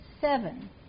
Seven